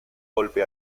golpe